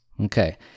Okay